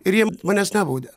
ir jie manęs nebaudė